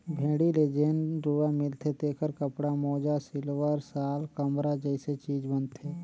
भेड़ी ले जेन रूआ मिलथे तेखर कपड़ा, मोजा सिवटर, साल, कमरा जइसे चीज बनथे